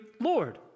Lord